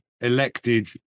elected